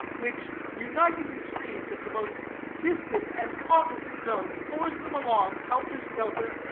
which, uniting the streams of the most distant and opposite zones, pours them along, helter-skelter,